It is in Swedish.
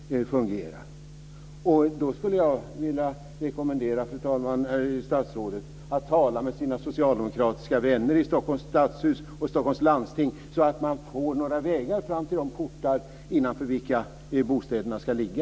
Fru talman! Jag skulle vilja rekommendera statsrådet att tala med sina socialdemokratiska vänner i Stockholms stadshus och Stockholms läns landsting så att man får några vägar fram till de portar innanför vilka bostäderna ska ligga.